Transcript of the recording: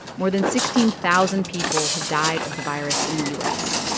more than sixteen thousand people have died of the virus in the u s.